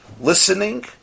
Listening